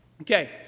Okay